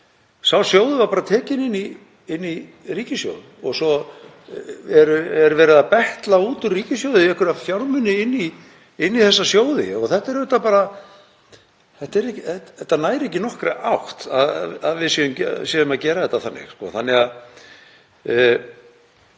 Sá sjóður var bara tekinn inn í ríkissjóð og svo er verið að betla út úr ríkissjóði einhverja fjármuni inn í þessa sjóði. Það nær ekki nokkurri átt að við séum að gera þetta þannig.